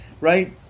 right